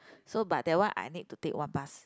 so but that one I need to take one bus